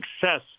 success